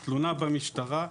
תלונה במשטרה,